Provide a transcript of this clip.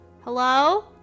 hello